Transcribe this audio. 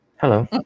Hello